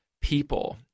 people